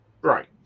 Right